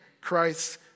Christ